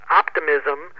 optimism